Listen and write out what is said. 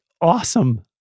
awesome